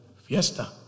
fiesta